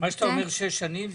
מה שאתה אומר שש שנים,